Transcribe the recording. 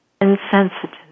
insensitive